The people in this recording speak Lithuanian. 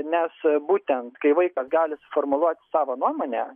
nes būtent kai vaikas gali suformuluoti savo nuomonę